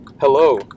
hello